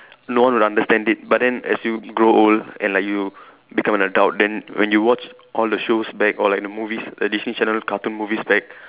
no one would understand it but then as you grow old and like you become an adult then when you watch all the shows back or like the movies the Disney channel cartoons movies back